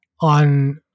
on